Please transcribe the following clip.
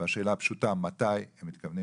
והשאלה הפשוטה היא מתי הם מתכוונים